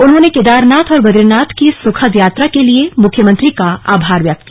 उन्होंने केदरानाथ और बदरीनाथ की सुखद यात्रा के लिए मुख्यमंत्री का आभार व्यक्त किया